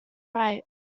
right